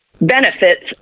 benefits